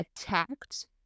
attacked